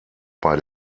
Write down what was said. bei